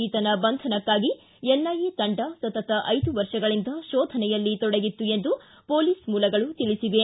ಈತನ ಬಂಧನಕ್ಕಾಗಿ ಎನ್ಐಎ ತಂಡ ಸತತ ಐದು ವರ್ಷಗಳಿಂದ ಶೋಧನೆಯಲ್ಲಿ ತೊಡಗಿತ್ತು ಎಂದು ಪೊಲೀಸ್ ಮೂಲಗಳು ತಿಳಿಸಿವೆ